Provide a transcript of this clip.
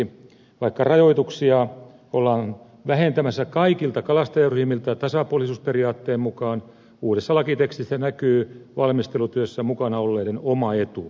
vaikka rajoituksia ollaan vähentämässä kaikilta kalastajaryhmiltä tasapuolisuusperiaatteen mukaan uudesta lakitekstistä näkyy valmistelutyössä mukana olleiden oma etu